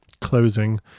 closing